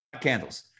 candles